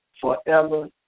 forever